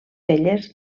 elles